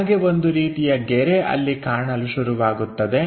ನಮಗೆ ಒಂದು ರೀತಿಯ ಗೆರೆ ಅಲ್ಲಿ ಕಾಣಲು ಶುರುವಾಗುತ್ತದೆ